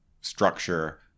structure